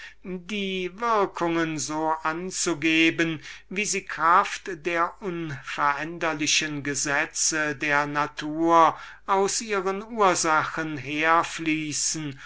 die würkungen so anzugeben wie sie vermöge der unveränderlichen gesetze der natur aus ihren ursachen